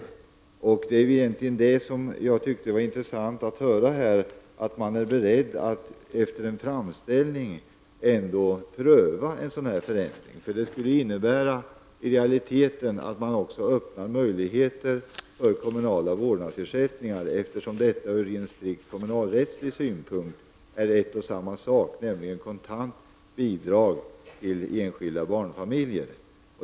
Det var egentligen detta som jag tyckte var intressant att få höra, att man ändå är beredd att pröva en sådan förändring efter en framställning från kommunen. Det skulle i realiteten innebära att man också öppnar möjligheter för kommunala vårdnadsersättningar, eftersom detta ur strikt kommunalrättslig synpunkt är en och samma sak, nämligen ett kontant bidrag till enskilda barnfamiljer.